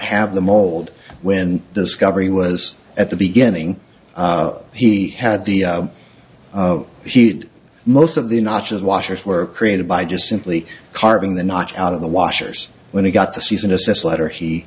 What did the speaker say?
have the mold when discovery was at the beginning he had the heat most of the notches washers were created by just simply carving the notch out of the washers when he got the season assess letter he